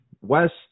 West